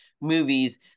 movies